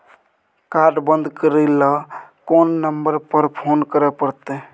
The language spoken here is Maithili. कार्ड बन्द करे ल कोन नंबर पर फोन करे परतै?